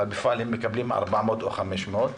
אבל בפועל הם מקבלים 400 או 500 שקל,